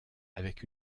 avec